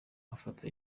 nkafata